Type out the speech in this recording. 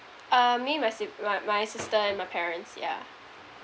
um me my sib~ my my sister and my parents yeah